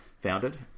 founded